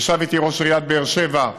ישב איתי ראש עיריית באר שבע,